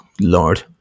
lord